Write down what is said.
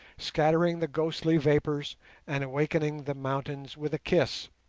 scattering the ghostly vapours and awaking the mountains with a kiss,